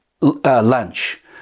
lunch